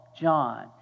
John